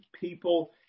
people